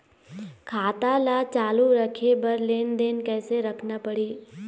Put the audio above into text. खाता ला चालू रखे बर लेनदेन कैसे रखना पड़ही?